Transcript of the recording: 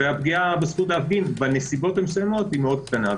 והפגיעה בזכות הציבור להפגין בנסיבות המסוימות היא מאוד קטנה.